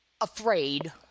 afraid